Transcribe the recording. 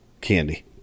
candy